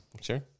Sure